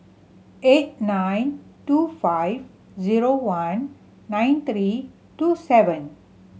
eight nine two five zero one nine three two seven